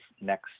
next